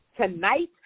Tonight